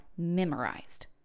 Memorized